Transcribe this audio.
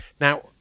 Now